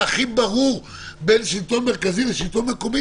הכי ברור בין שלטון מרכזי לשלטון מקומי.